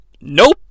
Nope